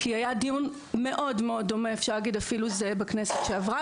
כי היה דיון מאוד מאוד דומה אפשר להגיד אפילו בכנסת שעברה,